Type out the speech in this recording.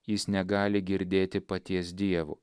jis negali girdėti paties dievo